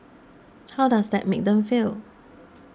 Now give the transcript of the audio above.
how does that make them feel